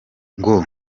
ngo